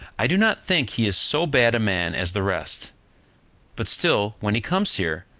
i do not think he is so bad a man as the rest but still, when he comes here,